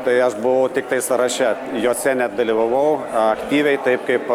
tai aš buvau tiktai sąraše juose nedalyvavau aktyviai taip kaip